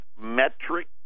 metric